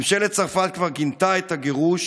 ממשלת צרפת כבר גינתה את הגירוש,